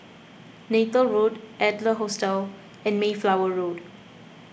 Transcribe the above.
Neythal Road Adler Hostel and Mayflower Road